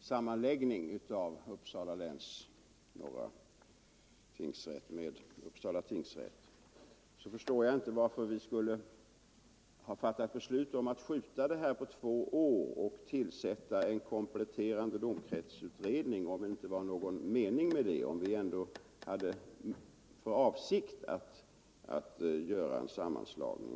sammanläggning av Uppsala läns norra tingsrätt med Uppsala tingsrätt förstår jag inte 29 varför vi skulle ha fattat beslut om att uppskjuta tidpunkten två år för Uppsala läns norra tingsrätts upphörande och tillsätta en kompletterande domkretsutredning, om det inte var någon mening med det och om det ändå var vår avsikt att göra en sammanslagning.